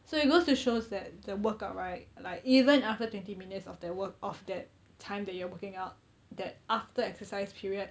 so it goes to shows that the workout right like even after twenty minutes of that work of that time that you are working out that after exercise period